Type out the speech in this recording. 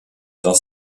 dans